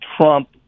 Trump